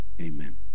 Amen